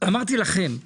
לכם